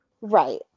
Right